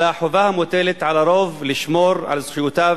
אלא חובה המוטלת על הרוב לשמור על זכויותיו